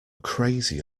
crazy